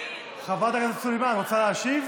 חברת הכנסת סלימאן, תרצי להשיב?